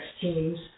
teams